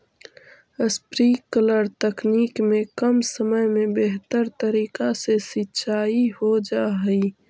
sprinkler तकनीक में कम समय में बेहतर तरीका से सींचाई हो जा हइ